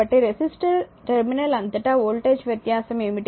కాబట్టి resistor terminal అంతటా voltage వ్యత్యాసం ఏమిటి